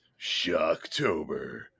Shocktober